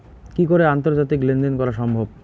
কি করে আন্তর্জাতিক লেনদেন করা সম্ভব?